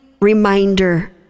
reminder